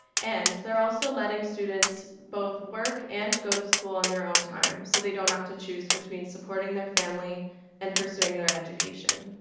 and they're also letting students both work and go to school on their own time, so they don't have to choose between supporting their family and pursuing their education.